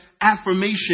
affirmation